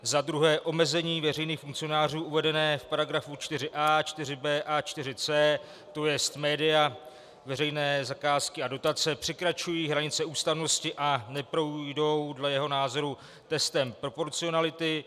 Za druhé, omezení veřejných funkcionářů uvedené v § 4a, 4b a 4c, to jest média, veřejné zakázky a dotace, překračují hranice ústavnosti a neprojdou, dle jeho názoru, testem proporcionality.